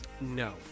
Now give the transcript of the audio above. No